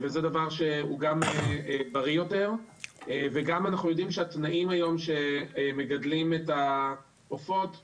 וזה דבר שהוא גם בריא יותר וגם אנחנו יודעים שתנאי הגידול לעופות היום